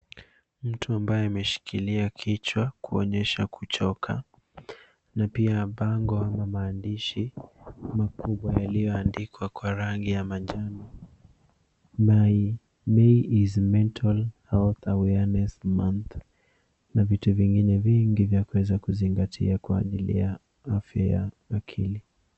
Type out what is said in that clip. Mtu ambaye ameshikilia kichwa kuonyesha kuchoka. Na pia bango ama maandishi makubwa yaliyoandikwa kwa rangi ya manjano, MAY IS MENTAL HEALTH AWARENESS MONTH .Na vitu vingine vingi vya kuweza kuzingatia kwa ajili ya afya ya akili.